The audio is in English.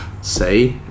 say